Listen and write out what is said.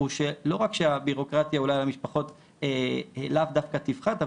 הוא שלא רק שהבירוקרטיה אולי למשפחות לאו דווקא תפחת,